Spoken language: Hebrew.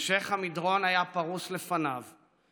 המשך המדרון היה פרוס לפניו,